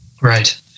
Right